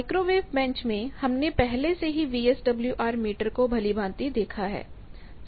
microwave bench में हमने पहले से ही वीएसडब्ल्यूआर मीटर को भलीभांति देखा है